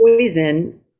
poison